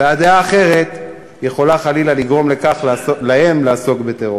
והדעה האחרת יכולה, חלילה, לגרום להם לעסוק בטרור.